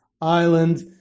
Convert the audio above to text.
Island